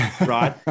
right